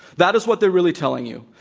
that is what they're really telling you.